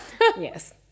Yes